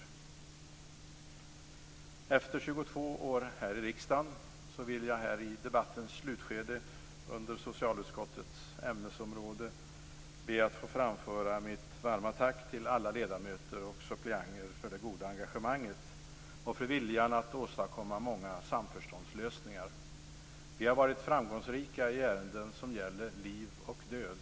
Efter 22 år här i riksdagen vill jag här i debattens slutskede under socialutskottets ämnesområde be att få framföra mitt varma tack till alla ledamöter och suppleanter för det goda engagemanget och för viljan att åstadkomma många samförståndslösningar. Vi har varit framgångsrika i ärenden som gäller liv och död.